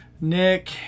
Nick